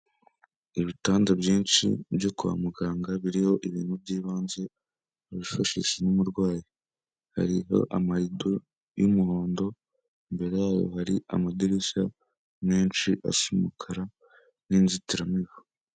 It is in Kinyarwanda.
Ibitanda byinshi byo kwa muganga biriho ibintu byibanze urushashi numurwayi hariho amado yumuhondo mbere yayo hari amadirishya menshi asa umukara ninzitiramibu.